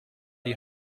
die